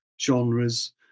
genres